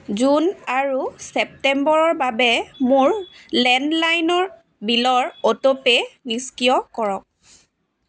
June আৰু ছেপ্টেম্বৰৰ বাবে মোৰ লেণ্ডলাইনৰ বিলৰ অ'টোপে' নিষ্ক্ৰিয় কৰক